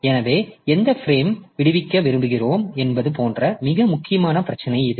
எனவே எந்த ஃபிரேம் விடுவிக்க விரும்புகிறோம் என்பது போன்ற மிக முக்கியமான பிரச்சினை இது